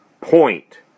point